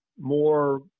more